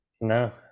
No